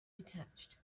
detached